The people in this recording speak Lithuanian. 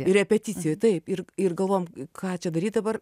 repeticijoj taip ir galvojom ką čia daryt dabar